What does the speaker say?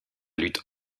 lutte